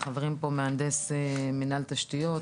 מהנדס מנהל תשתיות,